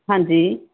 ਹਾਂਜੀ